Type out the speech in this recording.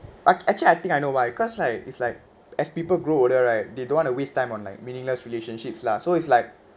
ac~ actually I think I know why cause like it's like as people grow older right they don't want to waste time on like meaningless relationships lah so it's like